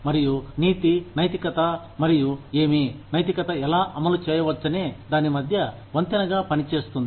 మరియు నీతి నైతికత మరియు ఏమి నైతికత ఎలా అమలు చేయవచ్చనే దాని మధ్య వంతెనగా పనిచేస్తుంది